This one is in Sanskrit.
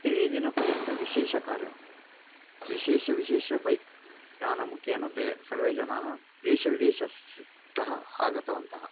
त्रीणि दिनपर्यन्तं विशेषकार्यं विशेषविशेष बैक् यानमुखेन दे सर्वे जनाः देशविदेशस्य तः आगतवन्तः